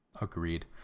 Agreed